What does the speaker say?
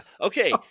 okay